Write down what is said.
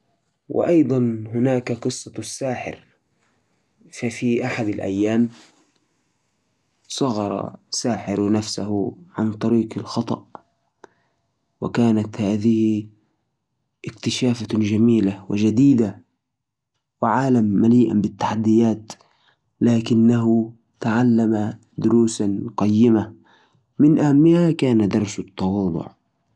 في أحد الأيام، صغر الساحر نفسه عن طريق الخطأ. صار بحجم نمله. جلس في الأرض مبهور من العالم الضخم اللي حولها. بدأ يشبه أشياء ما عمر لاحظها من قبل. زي كيف العيش يبان له، فكر كيف هيقدريرجع لطبيعته بعد هذا. وقرر يدور على حل وسط المغامرات الجديدة اللي يمر بيها.